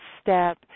step